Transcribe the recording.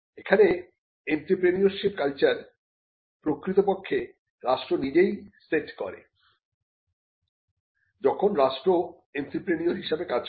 এখানে entrepreneurship culture প্রকৃতপক্ষে রাষ্ট্র নিজেই সেট করে যখন রাষ্ট্র এন্ত্রেপ্রেনিউর হিসাবে কাজ করে